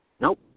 Nope